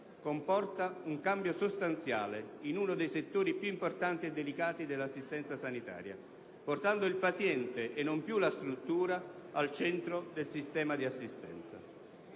comporta un cambio sostanziale in uno dei settori più importanti e delicati dell'assistenza sanitaria, portando il paziente, e non più la struttura, al centro del sistema di assistenza.